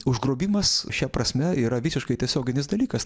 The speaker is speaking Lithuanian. užgrobimas šia prasme yra visiškai tiesioginis dalykas